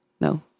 no